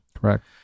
Correct